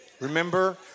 Remember